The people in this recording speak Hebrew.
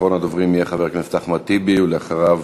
אחרון הדוברים יהיה חבר הכנסת אחמד טיבי, ואחריו